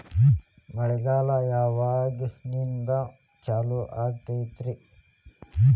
ಮಳೆಗಾಲ ಯಾವಾಗಿನಿಂದ ಚಾಲುವಾಗತೈತರಿ?